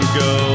go